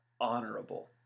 honorable